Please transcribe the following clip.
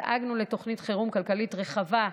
דאגנו לתוכנית חירום כלכלית רחבה,